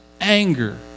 anger